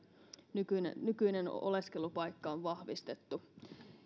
nykyinen nykyinen oleskelupaikka on vahvistettu